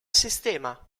sistema